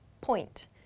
point